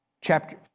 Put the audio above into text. chapter